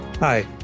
Hi